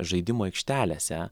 žaidimo aikštelėse